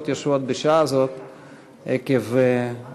בכך שכל הסיעות יושבות בשעה זו עקב ההתכנסות